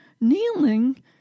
kneeling